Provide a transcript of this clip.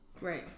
Right